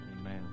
Amen